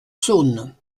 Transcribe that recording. saône